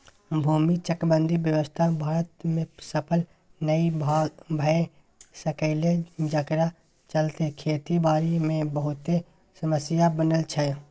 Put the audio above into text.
भूमि चकबंदी व्यवस्था भारत में सफल नइ भए सकलै जकरा चलते खेती बारी मे बहुते समस्या बनल छै